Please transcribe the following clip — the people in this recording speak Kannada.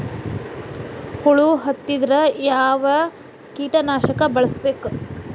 ಹುಳು ಹತ್ತಿದ್ರೆ ಯಾವ ಕೇಟನಾಶಕ ಬಳಸಬೇಕ?